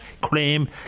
claim